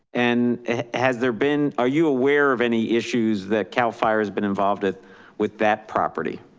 and has there been, are you aware of any issues that cal fire has been involved with with that property?